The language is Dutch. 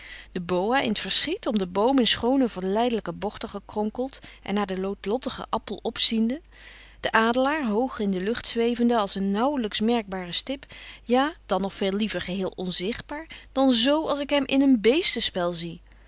de boa in t verschiet om den boom in schoone verleidelijke bochten gekronkeld en naar den noodlottigen appel opziende den adelaar hoog in de lucht zwevende als een nauwelijks merkbare stip ja dan nog veel liever geheel onzichtbaar dan z als ik hem in een beestenspel zie